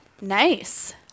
Nice